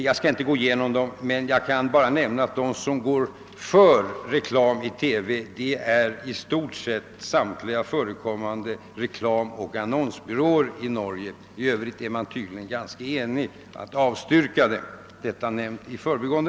Jag skall inte gå närmare in på detta, men jag kan nämna att de som ivrar för reklam i TV är i stort sett samtliga förekommande reklamoch annonsbyråer i Norge. I övrigt är man tydligen ganska överens om att avstyrka, detta nämnt i förbigående.